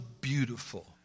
beautiful